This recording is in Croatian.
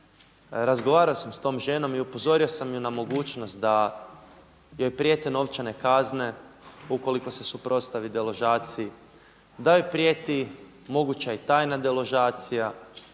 razgovarao sam s tom ženom i upozorio sam ju na mogućnost da joj prijete novčane kazne ukoliko se suprotstavi deložaciji, da joj prijeti moguća i tajna deložacija,